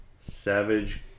Savage